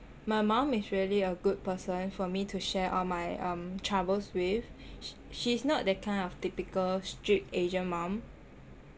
my mum is really a good person for me to share all my um troubles with s~ she's not that kind of typical strict asian mum